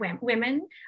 women